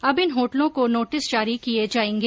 अब इन होटलों को नोटिस जारी किये जायेंगे